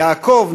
יעקב,